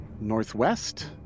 northwest